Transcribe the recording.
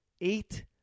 eight